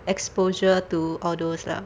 exposure to all those lah